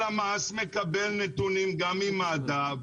הלמ"ס מקבל נתונים גם ממד"א,